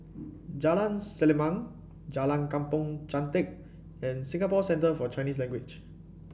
Jalan Selimang Jalan Kampong Chantek and Singapore Centre For Chinese Language